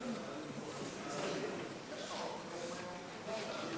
שלוש דקות.